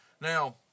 Now